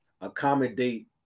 accommodate